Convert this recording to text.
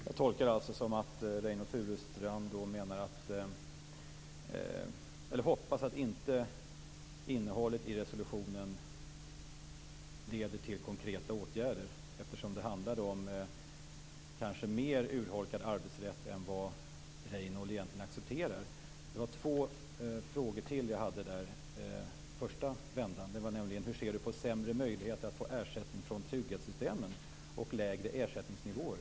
Fru talman! Jag tolkar att Reynoldh Furustrand hoppas att innehållet i resolutionen inte leder till konkreta åtgärder. Det handlar om mer urholkad arbetsrätt än vad Reynoldh Furustrand egentligen accepterar. Jag hade ytterligare ett par frågor i min första replik. Hur ser Reynoldh Furustrand på sämre möjligheter att få ersättningar från trygghetssystemen och lägre ersättningsnivåer?